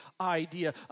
idea